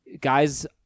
guys